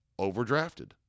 overdrafted